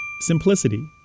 Simplicity